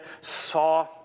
saw